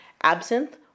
Absinthe